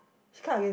she cut again